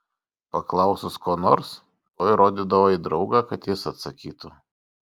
paklausus ko nors tuoj rodydavo į draugą kad jis atsakytų